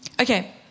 Okay